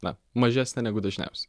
na mažesnė negu dažniausiai